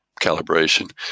calibration